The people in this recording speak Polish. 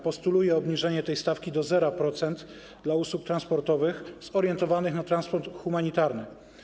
Postuluję obniżenie tej stawki do 0% dla usług transportowych zorientowanych na transport humanitarny.